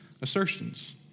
assertions